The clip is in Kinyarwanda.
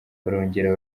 barongera